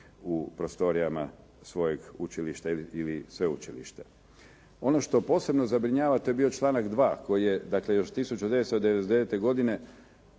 u prostorijama svojeg učilišta ili sveučilišta. Ono što posebno zabrinjava, to je bio članak 2. koji je dakle još 1999. godine